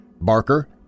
Barker